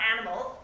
animals